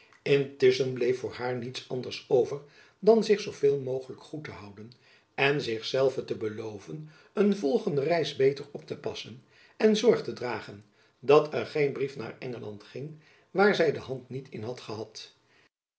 intusschen bleef voor haar niets anders over dan zich zoo veel mogelijk goed te houden en zich zelve te belooven een volgende reis beter op te passen en zorg te dragen dat er geen brief naar engeland ging waar zy de hand niet in had gehad